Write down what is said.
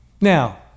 Now